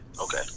okay